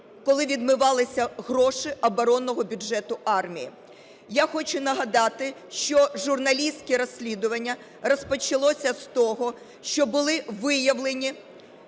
коли відмивалися гроші оборонного бюджету армії. Я хочу нагадати, що журналістське розслідування розпочалося з того, що були виявлені